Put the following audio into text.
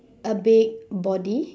a big body